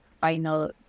final